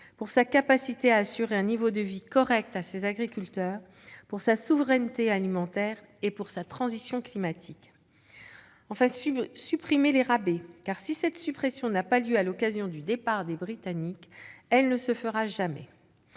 pour sa capacité à assurer un niveau de vie correct à ses agriculteurs, pour sa souveraineté alimentaire et pour sa transition climatique. Il faut ensuite supprimer les rabais. Si cette suppression n'intervient pas à l'occasion du départ des Britanniques, elle ne se fera jamais